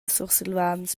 sursilvans